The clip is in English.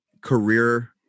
career